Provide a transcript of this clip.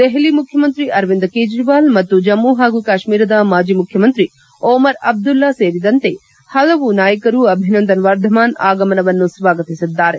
ದೆಸಲಿ ಮುಖ್ಯಮಂತ್ರಿ ಅರವಿಂದ್ ಕೇಜ್ವಾಲ್ ಮತ್ತು ಜಮ್ಮ ಮತ್ತು ಕಾಶ್ಮೀರದ ಮಾಜಿ ಮುಖ್ಯಮಂತ್ರಿ ಓಮರ್ ಅಬ್ದುಲ್ ಸೇರಿದಂತೆ ಪಲವು ನಾಯಕರು ಅಭಿನಂದನ್ ವರ್ಧಮಾನ್ ಆಗಮನವನ್ನು ಸ್ವಾಗತಿಸಿದ್ದಾರೆ